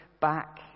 back